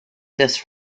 this